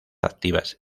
activas